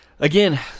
Again